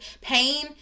pain